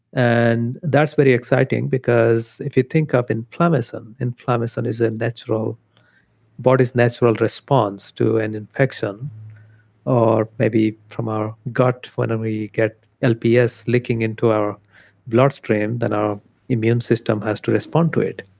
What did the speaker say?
and that's very exciting because if you think of inflammation, inflammation is body's natural body's natural response to an infection or maybe from our gut whenever we get lps leaking into our bloodstream, then our immune system has to respond to it.